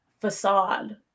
facade